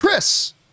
Chris